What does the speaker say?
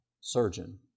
surgeon